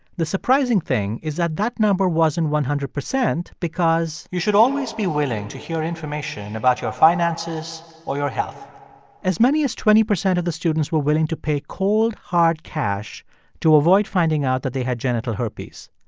the surprising thing is that that number wasn't one hundred percent because you should always be willing to hear information about your finances or your health as many as twenty percent of the students were willing to pay cold, hard cash to avoid finding out that they had genital herpes.